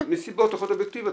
מסיבות פחות אובייקטיביות,